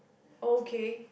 okay